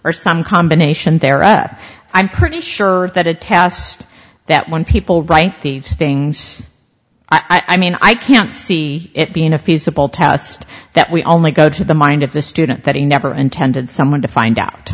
or some combination thereof i'm pretty sure that attests that when people write these things i mean i can't see it being a feasible test that we only go to the mind of the student that he never intended someone to find out